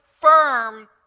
firm